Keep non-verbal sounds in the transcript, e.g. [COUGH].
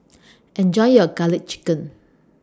[NOISE] Enjoy your Garlic Chicken